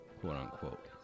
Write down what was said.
quote-unquote